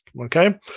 Okay